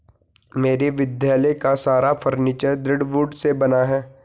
मेरे विद्यालय का सारा फर्नीचर दृढ़ वुड से बना है